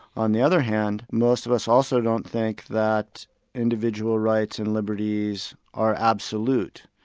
on the other hand, most of us also don't think that individual rights and liberties are absolute,